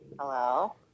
Hello